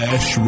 Ash